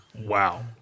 Wow